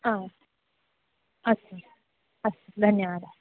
हा अस्तु अस्तु धन्यवादः